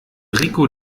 rico